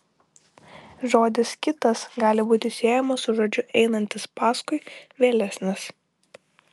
žodis kitas gali būti siejamas su žodžiu einantis paskui vėlesnis